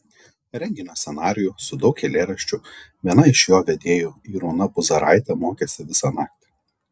renginio scenarijų su daug eilėraščių viena iš jo vedėjų irūna puzaraitė mokėsi visą naktį